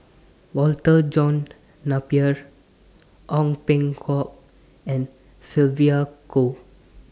Walter John Napier Ong Peng Hock and Sylvia Kho